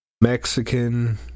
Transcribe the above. Mexican